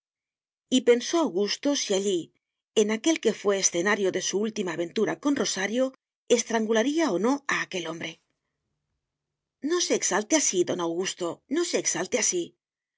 pensó augusto si allí en aquel que fué escenario de su última aventura con rosario estrangularía o no a aquel hombre no se exalte así don augusto no se exalte así